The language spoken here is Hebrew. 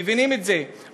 מבינים את זה,